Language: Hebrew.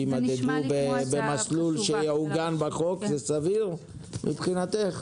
שיימדדו במסלול שיעוגן בחוק, זה סביר מבחינתך?